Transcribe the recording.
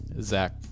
Zach